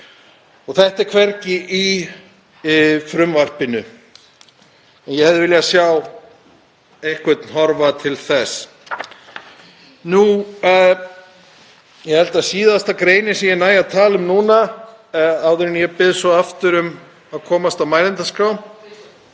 Þetta er hvergi í frumvarpinu en ég hefði viljað sjá einhvern horfa til þess. Ég held að síðasta greinin sem ég næ að tala um núna, áður en ég bið um að komast á mælendaskrá